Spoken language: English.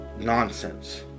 nonsense